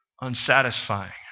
unsatisfying